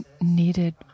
needed